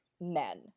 men